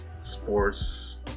sports